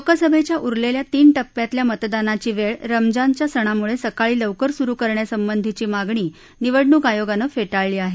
लोकसभेच्या उरलेल्या तीन टप्प्यातल्या मतदानाची वेळ रमजानच्या सणामुळे सकाळी लवकर सुरु करण्यासंबंधीची मागणी निवडणूक आयोगानं फेटाळली आहे